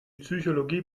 psychologie